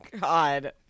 God